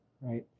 right